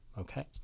okay